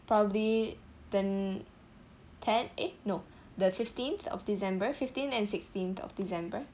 probably the ten eh no the fifteenth of december fifteenth and sixteenth of december